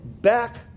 back